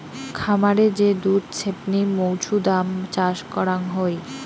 খামারে যে দুধ ছেপনি মৌছুদাম চাষ করাং হই